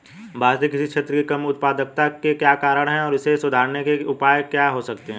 भारतीय कृषि क्षेत्र की कम उत्पादकता के क्या कारण हैं और इसे सुधारने के उपाय क्या हो सकते हैं?